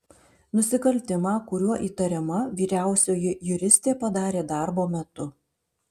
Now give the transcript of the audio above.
nusikaltimą kuriuo įtariama vyriausioji juristė padarė darbo metu